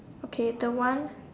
okay the one